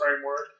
framework